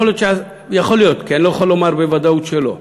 יכול להיות, כי אני לא יכול לומר בוודאות שלא,